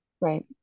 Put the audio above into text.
Right